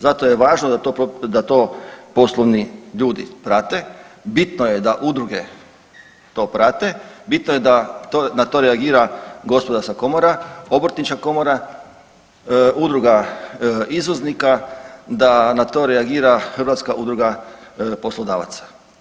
Zato je važno da to poslovni ljudi prate, bitno je da udruge to prate, bitno je da na to reagira gospodarska komora, obrtnička komora, udruga izvoznika, da na to reagira Hrvatska udruga poslodavaca.